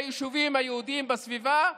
ביישובים היהודיים בסביבה.